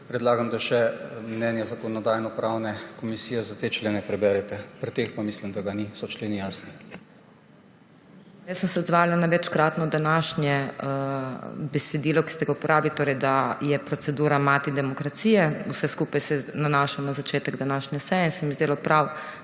predlagam, da mnenje zakonodajno-pravne komisije za te člene preberete. Pri teh pa mislim, da ga ni, so členi jasni. PODPREDSEDNICA MAG. MEIRA HOT: Jaz sem se odzvala na večkratno današnje besedilo, ki ste ga uporabili, torej da je procedura mati demokracije. Vse skupaj se nanaša na začetek današnje seje,